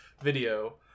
video